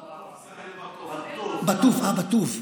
אה, בטוף.